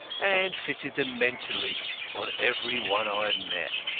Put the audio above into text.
and fitted them mentally on every one i met.